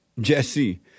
Jesse